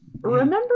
remember